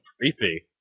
creepy